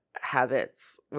habits